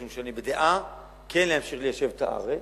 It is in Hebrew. משום שאני בדעה כן להמשיך ליישב את הארץ.